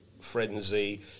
frenzy